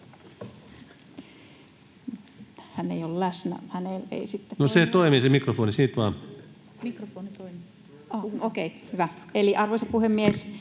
Arvoisa puhemies!